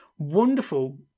wonderful